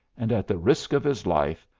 and at the risk of his life,